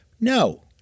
No